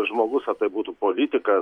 žmogus ar tai būtų politikas